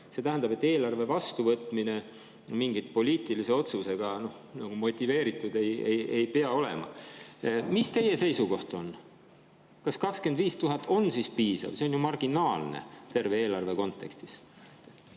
See tähendab, et eelarve vastuvõtmine ei pea olema mingi poliitilise otsusega motiveeritud. Mis on teie seisukoht? Kas 25 000 eurot on siis piisav? See on ju marginaalne terve eelarve kontekstis.